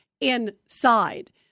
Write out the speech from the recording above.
inside